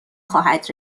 خواهد